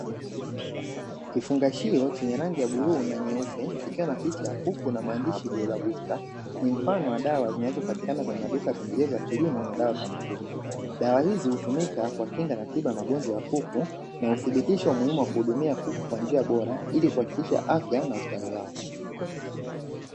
Kifungashio chenye rangi ya bluu na nyeupe, kikiwa na picha ya kuku na maandishi "BROILER BOOSTER". Ni mfano wa dawa zinazopatikana kwenye maduka ya pembejeo za kilimo na dawa za mifugo. Dawa hizi hutumika kuwakinga na tiba ya magonjwa ya kuku na uthibitisho muhimu wa kuhudumia kuku kwa njia bora, ili kuhakikisha afya na ustawi wao.